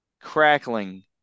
crackling